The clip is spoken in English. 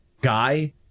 guy